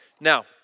Now